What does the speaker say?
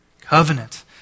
Covenant